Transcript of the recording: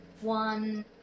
one